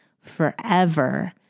forever